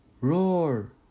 Roar